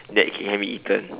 that it can be eaten